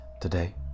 today